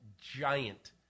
giant